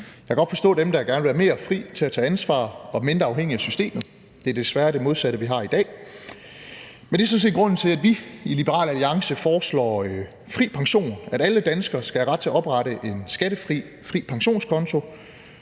Jeg kan godt forstå dem, der gerne vil være mere frie til at tage ansvar og mindre afhængige af systemet. Det er desværre det modsatte, vi har i dag. Men det er sådan set grunden til, at vi i Liberal Alliance foreslår fri pension: At alle danskere skal have ret til at oprette en skattefri fri pensionskonto,